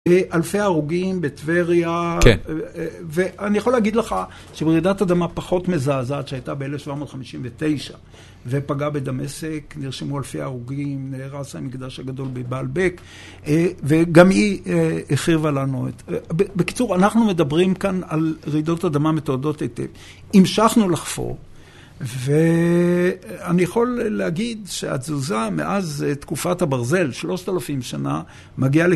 אלפי הרוגים בטבריה... כן. ואני יכול להגיד לך שמרעידת אדמה פחות מזעזעת שהייתה ב-1759 ופגעה בדמשק, נרשמו אלפי הרוגים, נהרס המקדש הגדול בבעלבכ וגם היא החריבה לנו את... בקיצור, אנחנו מדברים כאן על רעידות אדמה מתועדות היטב. המשכנו לחפור ואני יכול להגיד שהתזוזה מאז תקופת הברזל, שלושת אלפים שנה, מגיעה ל...